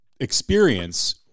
experience